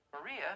Maria